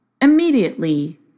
Immediately